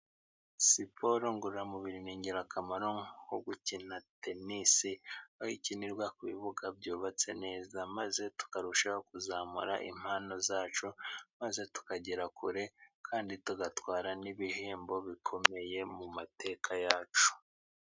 Siporo ngororamubiri ni ingirakamaro nko gukina tenisi aho ikinirwa ku bibuga byubatse neza, maze tukarushaho kuzamura impano zacu, maze tukagera kure kandi tugatwara n'ibihembo bikomeye mu mateka yacu.